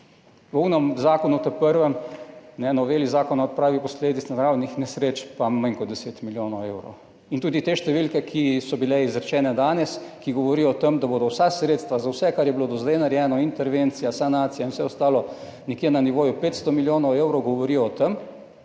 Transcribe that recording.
prvem zakonu, noveli Zakona o odpravi posledic naravnih nesreč, pa manj kot 10 milijonov evrov. In tudi te številke, ki so bile izrečene danes, ki govorijo o tem, da bodo vsa sredstva za vse, kar je bilo do zdaj narejeno, intervencija, sanacija in vse ostalo, nekje na nivoju 500 milijonov evrov, govori o tem,